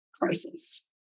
crisis